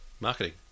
marketing